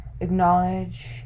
acknowledge